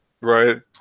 Right